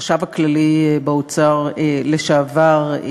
החשב הכללי באוצר לשעבר,